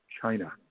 China